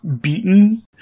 beaten